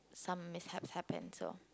some mishaps happens so